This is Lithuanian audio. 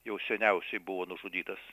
jau seniausiai buvo nužudytas